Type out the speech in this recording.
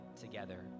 together